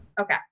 Okay